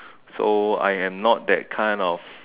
so I am not that kind of